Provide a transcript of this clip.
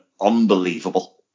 unbelievable